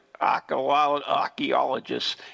archaeologists